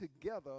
together